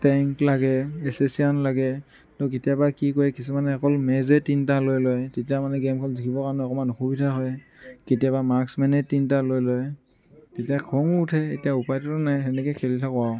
tank লাগে এচচিয়ান লাগে তো কেতিয়াবা কি কৰে কিছুমানে অকল মেজেই তিনটা লৈ লয় তেতিয়া মানে গেমখন জিকিবৰ কাৰণে অকমান অসুবিধা হয় কেতিয়াবা মাক্স মেনেই তিনটা লৈ লয় তেতিয়া খঙো উঠে এতিয়া উপায়তো নাই সেনেকৈয়ে খেলি থাকোঁ আৰু